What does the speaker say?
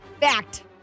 Fact